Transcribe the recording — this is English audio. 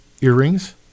earrings